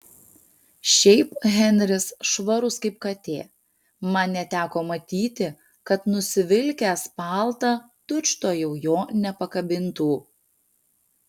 šiaip henris švarus kaip katė man neteko matyti kad nusivilkęs paltą tučtuojau jo nepakabintų